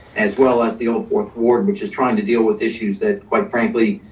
as well as the old fourth ward, which is trying to deal with issues that quite frankly,